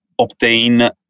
obtain